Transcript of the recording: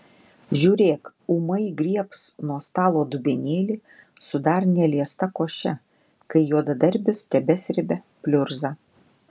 žiūrėk ūmai griebs nuo stalo dubenėlį su dar neliesta koše kai juodadarbis tebesrebia pliurzą